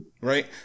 Right